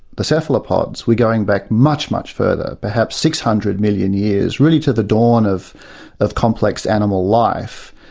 the cephalopods, we're going back much, much further, perhaps six hundred million years, really to the dawn of of complex animal life.